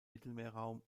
mittelmeerraum